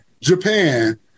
Japan